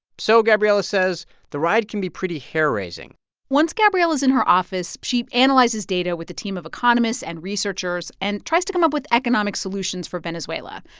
so gabriela says the ride can be pretty hair-raising once gabriela is in her office, she analyzes data with a team of economists and researchers and tries to come up with economic solutions for venezuela.